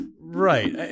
right